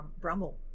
Brummel